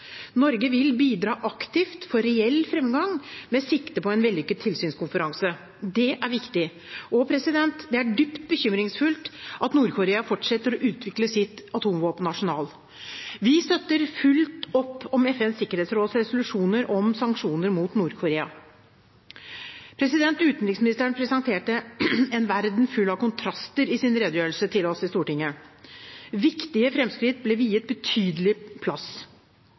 Norge vil bidra aktivt for reell framgang med sikte på en vellykket tilsynskonferanse. Det er viktig. Det er dypt bekymringsfullt at Nord-Korea fortsetter å utvikle sitt atomvåpenarsenal. Vi støtter fullt opp om FN sikkerhetsråds resolusjoner om sanksjoner mot Nord-Korea. Utenriksministeren presenterte en verden full av kontraster i sin redegjørelse til oss i Stortinget. Viktige framskritt ble viet betydelig plass.